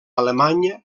alemanya